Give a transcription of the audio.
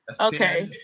Okay